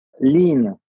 Lean